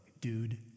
Dude